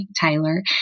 Tyler